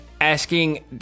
asking